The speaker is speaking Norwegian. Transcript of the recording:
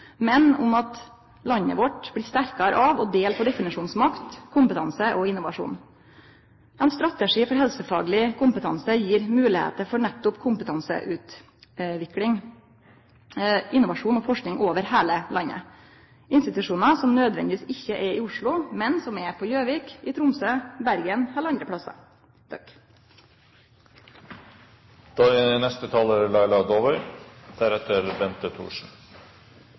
men om at landet vårt blir sterkare av å dele på definisjonsmakt, kompetanse og innovasjon. Ein strategi for helsefagleg kompetanse gjev moglegheiter for nettopp kompetanseutvikling, innovasjon og forsking over heile landet til institusjonar som nødvendigvis ikkje er i Oslo, men som er på Gjøvik, i Tromsø, i Bergen eller andre plassar. Jeg vil først takke interpellanten for å ha reist denne viktige debatten. Jeg er